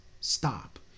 stop